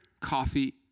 coffee